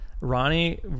ronnie